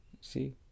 See